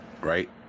right